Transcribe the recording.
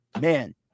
man